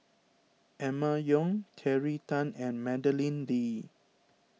Emma Yong Terry Tan and Madeleine Lee